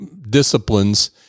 disciplines